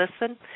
listen